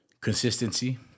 Consistency